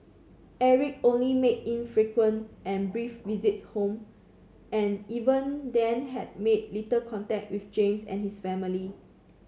Eric only made infrequent and brief visits home and even then had made little contact with James and his family